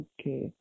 Okay